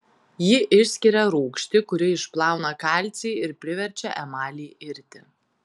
ji išskiria rūgštį kuri išplauna kalcį ir priverčia emalį irti